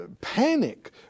panic